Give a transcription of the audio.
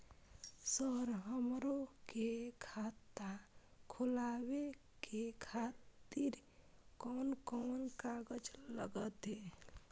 Sir हमरो के खाता खोलावे के खातिर कोन कोन कागज लागते?